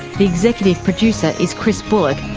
the executive producer is chris bullock,